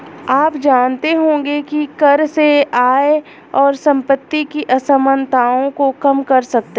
आप जानते होंगे की कर से आय और सम्पति की असमनताओं को कम कर सकते है?